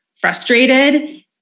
frustrated